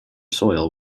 soil